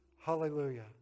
Hallelujah